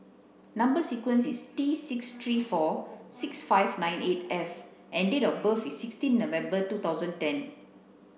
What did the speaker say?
number sequence is T six three four seven five nine eight F and date of birth is sixteen November two thousand and ten